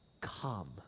come